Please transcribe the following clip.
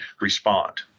respond